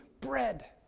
bread